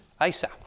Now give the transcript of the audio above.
Asa